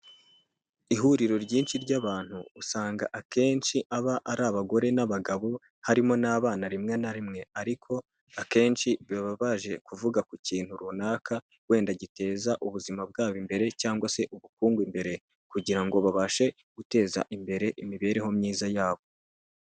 Ihuriro ryinshi ry'abantu, usanga akenshi aba ari abagore n'abagabo, harimo n'abana rimwe na rimwe. Ariko akenshi baba baje kuvuga ku kintu runaka, wenda giteza ubuzima bwabo imbere, cyangwa se ubukungu imbere. Kugira ngo babashe guteza imbere imibereho myiza yabo.